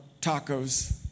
tacos